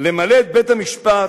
"למלא את בית-המשפט,